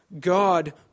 God